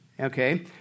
Okay